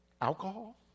alcohol